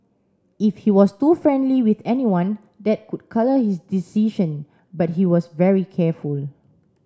if he was too friendly with anyone that could colour his decision but he was very careful